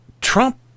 Trump